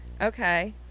Okay